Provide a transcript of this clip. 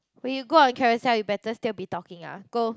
when you go on Carousell you better still be talking uh go